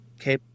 Okay